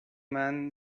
man